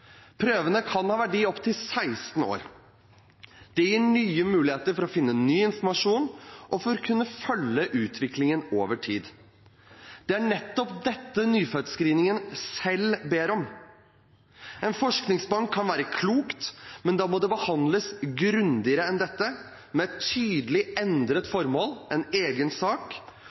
Prøvene kan ha verdi i opptil 16 år. Det gir nye muligheter for å finne ny informasjon og for å kunne følge utviklingen over tid. Det er nettopp dette Nyfødtscreeningen selv ber om. En forskningsbank kan være klokt, men da må det behandles grundigere enn dette, med et tydelig endret formål, en egen sak,